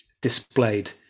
displayed